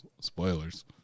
spoilers